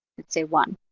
let's say one.